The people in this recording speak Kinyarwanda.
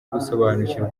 gusobanukirwa